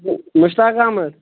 Mushtaq Ahmad